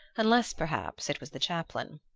unless perhaps it was the chaplain.